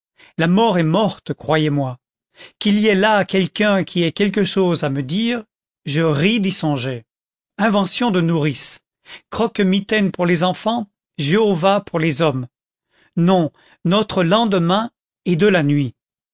la mort est morte croyez-moi qu'il y ait là quelqu'un qui ait quelque chose à me dire je ris d'y songer invention de nourrices croquemitaine pour les enfants jéhovah pour les hommes non notre lendemain est de la nuit